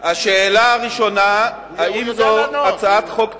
השאלה הראשונה: האם זו הצעת חוק תקציבית,